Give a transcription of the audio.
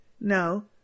No